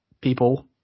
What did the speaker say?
people